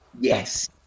Yes